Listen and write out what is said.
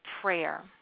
prayer